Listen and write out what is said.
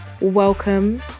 welcome